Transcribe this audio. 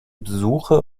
besuche